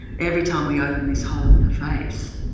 every time we open this hole face?